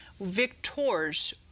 victors